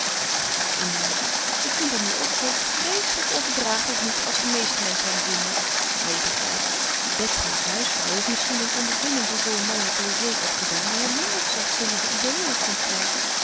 ach ja eline ik vind hem nu ook zoo vreeselijk onverdragelijk niet als de meeste menschen hem vinden maar je begrijpt betsy als huisvrouw heeft misschien een ondervinding van zoo een mannelijken logé opgedaan die haar minder zachtzinnige ideeën heeft doen krijgen